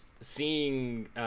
seeing